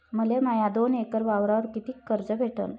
मले माया दोन एकर वावरावर कितीक कर्ज भेटन?